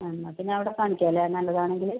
എന്നാൽ പിന്നെ അവിടെ കാണിക്കാമല്ലേ നല്ലതാണെങ്കിൽ